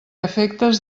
efectes